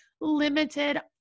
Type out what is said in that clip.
limited